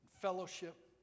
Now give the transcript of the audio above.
fellowship